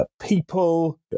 people